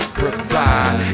provide